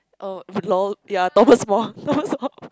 oh lol ya Thomas-Wong Thomas-Wong